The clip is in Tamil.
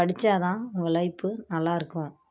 படிச்சால் தான் உன் லைப்பு நல்லாயிருக்கும்